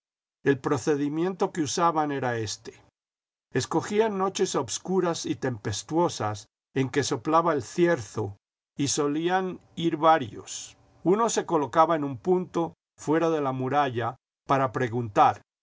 el procedimiento que usaban era éste escogían noches obscuras y tempestuosas en que soplaba el cierzo y solían ir varios uno se colocaba en un punto fuera de la muralla para preguntar